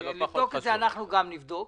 גם אנחנו נבדוק.